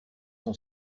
son